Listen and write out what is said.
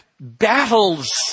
battles